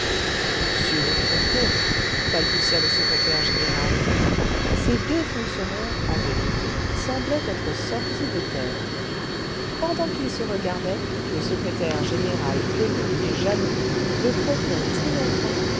monsieur le préfet balbutia le secrétaire général ces deux fonctionnaires en vérité semblaient être sortis de terre pendant qu'ils se regardaient le secrétaire général penaud et jaloux le préfet triomphant